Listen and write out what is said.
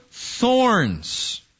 Thorns